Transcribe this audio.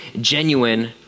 genuine